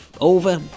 Over